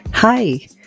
Hi